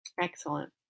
Excellent